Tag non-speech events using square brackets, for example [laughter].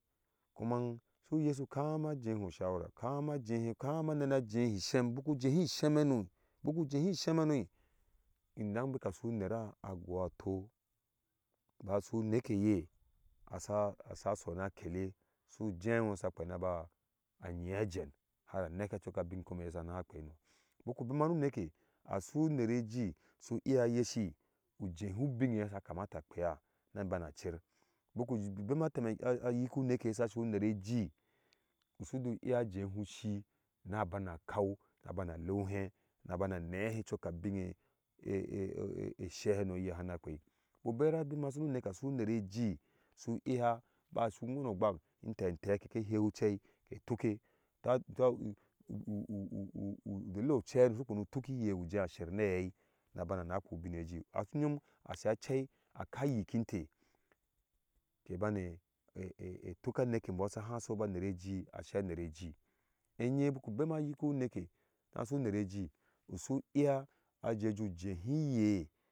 Kuma su yeshi ukama jehi ushawara kana jehi kana nem jehe ishem biku jehi ishem haw bike jebuca su unera go ato bin kasu neke ye asa suna kole sujewo sa kwenaba ayia jeno har a neke hi hawi idan cok abiy komeye sana pheino biki bema nu neke a su nerejii su iya yeshi ujehu ubin eye se kamata a phea na bana cher buku bema huku uneke eyi sasu unere ejii sugu iya jeho isii na bana kau na bana ler ohe na bana necho cok abiɔ eye she hano ana phei buku bera nu neke asu unerejii su iya basu uweuo ogwak unte an tee ke iya heu chei ke tuke tata [hesitation] dille ochei hano sa sokwena tuke te aje ser ba hei na bana phuubin ejii uyum asa a chei aak yikinte ke bane [hesitation] tuka a nekebɔɔ aha sobo a nere ejii asa anere jii enye buw bema yikihu uneke nasu unere jii su iya a jeju jehi ye